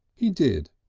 he did,